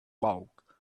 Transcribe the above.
bulk